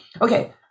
Okay